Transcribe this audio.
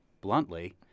bluntly